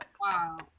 Wow